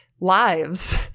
lives